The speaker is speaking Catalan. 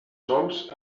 sols